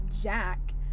Jack